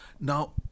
Now